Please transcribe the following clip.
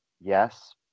yes